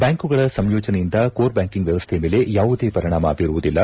ಬ್ನಾಂಕ್ಗಳ ಸಂಯೋಜನೆಯಿಂದ core banking ವ್ಯವಸ್ಥೆ ಮೇಲೆ ಯಾವುದೇ ಪರಿಣಾಮ ಬೀರುವುದಿಲ್ಲ